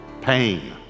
pain